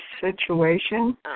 situation